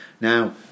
now